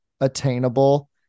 attainable